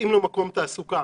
מקום תעסוקה.